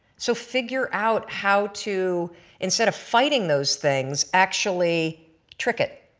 so figure out how to instead of fighting those things actually trick it,